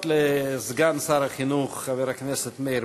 הנה, סגן שר החינוך חבר הכנסת מאיר